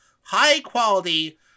high-quality